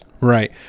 Right